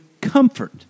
comfort